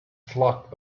flock